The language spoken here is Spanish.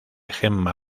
gemma